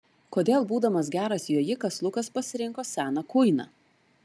kodėl būdamas geras jojikas lukas pasirinko seną kuiną